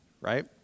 right